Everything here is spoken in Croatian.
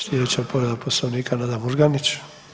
Slijedeća povreda Poslovnika Nada Murganić.